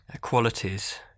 qualities